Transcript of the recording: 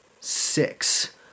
six